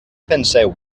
penseu